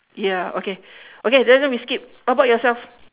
ya okay okay that one we skip how about yourself